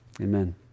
Amen